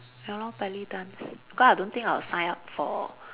ya lor belly dance because I don't thinking I'll sign up for